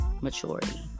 maturity